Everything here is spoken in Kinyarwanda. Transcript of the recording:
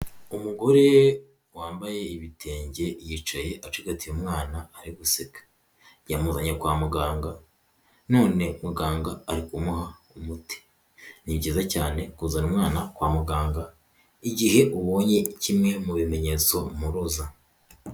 Umugore wambaye ibitenge yicaye acigatiye umwana ari guseka, yamuranye kwa muganga none muganga ari kumuha umuti, ni byiza cyane kuzana umwana kwa muganga igihe ubonye kimwe mu bimenyetso mpuruza.